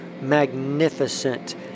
magnificent